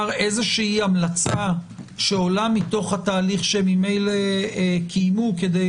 איזו המלצה שעולה מתום התהליך שממילא קיימו כדי